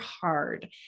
hard